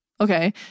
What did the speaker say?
Okay